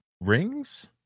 rings